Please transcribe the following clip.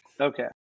Okay